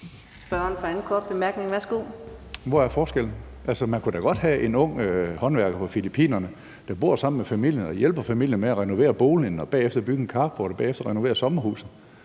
Hvor er forskellen? Altså, man kunne da godt have en ung håndværker fra Filippinerne, der bor sammen med familien og hjælper familien med at renovere boligen og bagefter bygge en carport og bagefter renovere sommerhuset.